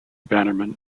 bannerman